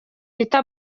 kitwa